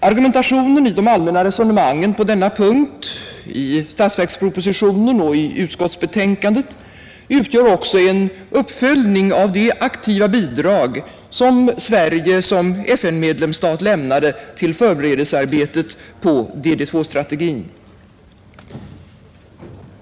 Argumentationen i de allmänna resonemangen på denna punkt, i propositionen och i utskottsbetänkandet, utgör också en uppföljning av det aktiva bidrag som Sverige som FN-medlemsstat lämnade till förberedelsearbetet på DD2-strategin.